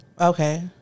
Okay